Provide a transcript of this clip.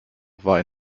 war